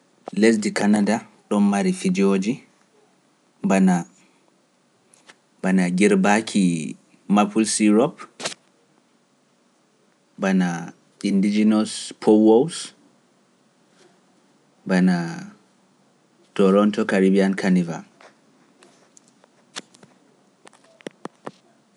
Lesdi Kanada ɗo mari fijoji, bana jirbaaki Mapples Syrop, bana indigenous Powows, bana toronto caribyan Caniva.